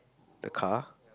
the car